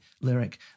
Lyric